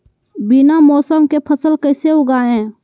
बिना मौसम के फसल कैसे उगाएं?